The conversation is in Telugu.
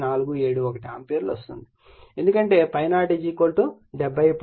471 ఆంపియర్ ఎందుకంటే ∅0 70